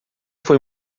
foi